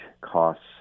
costs